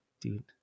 dude